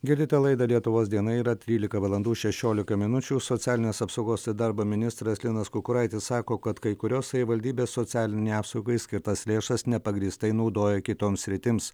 girdite laidą lietuvos diena yra trylika valandų šešiolika minučių socialinės apsaugos ir darbo ministras linas kukuraitis sako kad kai kurios savivaldybės socialinei apsaugai skirtas lėšas nepagrįstai naudoja kitoms sritims